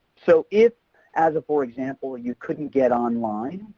so, it's as a, for example, you couldn't get online,